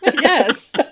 yes